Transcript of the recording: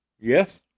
Yes